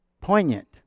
Poignant